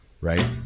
right